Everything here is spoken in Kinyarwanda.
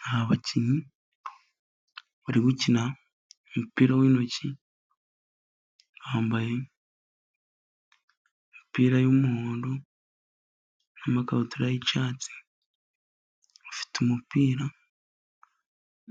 Ni abakinnyi bari gukina umupira w'intoki, bambaye imipira y'umuhondo, n'amakabutura y'icyatsi, ufite umupira